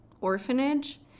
orphanage